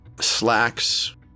slacks